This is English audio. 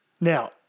Now